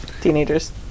teenagers